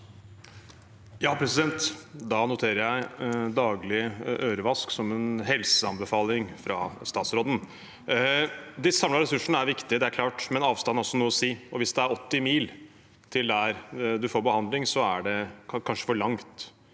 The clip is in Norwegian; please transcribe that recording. (R) Da noterer jeg dag- lig ørevask som en helseanbefaling fra statsråden. De samlede ressursene er viktige, det er klart, men avstand har også noe å si. Hvis det er 80 mil til der man får behandling, er det kanskje for langt,